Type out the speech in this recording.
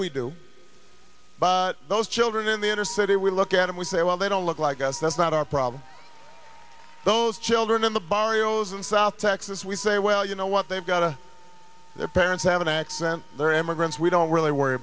we do by those children in the inner city we look at them we say well they don't look like us that's not our problem those children in the barrios in south texas we say well you know what they've got to their parents have an accent they're immigrants we don't really worry